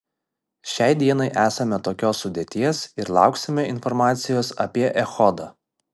šiai dienai esame tokios sudėties ir lauksime informacijos apie echodą